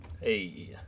Hey